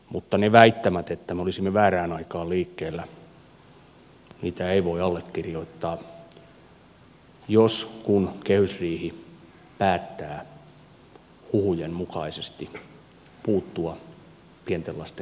mutta niitä väittämiä että me olisimme väärään aikaan liikkeellä ei voi allekirjoittaa jos tai kun kehysriihi päättää huhujen mukaisesti puuttua pienten lasten kotihoidon tukeen